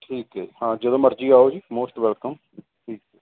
ਠੀਕ ਹ ਹਾਂ ਜਦੋਂ ਮਰਜ਼ੀ ਆਓ ਜੀ ਮੋਸਟ ਵੈਲਕਮ